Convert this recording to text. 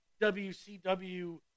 WCW